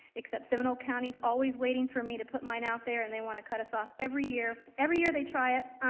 except seminole county's always waiting for me to put mine out there and they wanna cut us off every year. every year they try it,